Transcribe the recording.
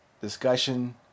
discussion